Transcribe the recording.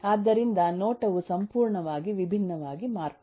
ಆದ್ದರಿಂದ ನೋಟವು ಸಂಪೂರ್ಣವಾಗಿ ವಿಭಿನ್ನವಾಗಿ ಮಾರ್ಪಟ್ಟಿದೆ